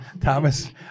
thomas